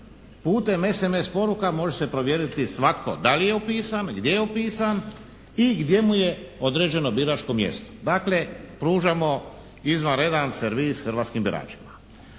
putem SMS poruka može se provjeriti svatko da li je upisan, gdje je upisan i gdje mu je određeno biračko mjesto. Dakle, pružamo izvanredan servis hrvatskim biračima.